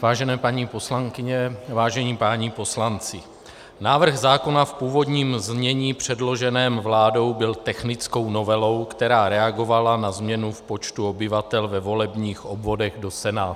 Vážené paní poslankyně, vážení páni poslanci, návrh zákona v původním znění předloženém vládou byl technickou novelou, která reagovala na změnu počtu obyvatel ve volebních obvodech do Senátu.